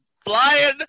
Flying